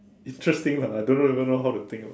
interesting lah I don't know even know how to think about it